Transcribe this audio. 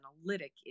analytic